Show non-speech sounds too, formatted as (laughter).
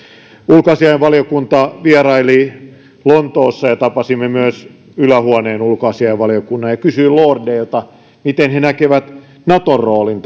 ulkoasiainvaliokunta vieraili lontoossa ja tapasimme myös ylähuoneen ulkoasiainvaliokunnan ja kysyin lordeilta miten he näkevät naton roolin (unintelligible)